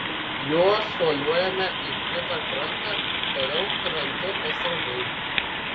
juo šuoliuojame į kitą krantą toliau krantu pasroviui